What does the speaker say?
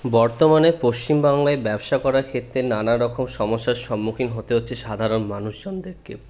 বর্তমানে পশ্চিমবাংলায় ব্যবসা করার ক্ষেত্রে নানা রকম সমস্যার সম্মুখীন হতে হচ্ছে সাধারন মানুষজনদেরকেও